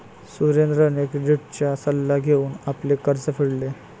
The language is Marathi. सुरेंद्रने क्रेडिटचा सल्ला घेऊन आपले कर्ज फेडले